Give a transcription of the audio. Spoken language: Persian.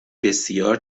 بسیار